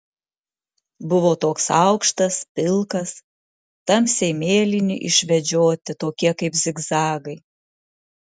buvo toks aukštas pilkas tamsiai mėlyni išvedžioti tokie kaip zigzagai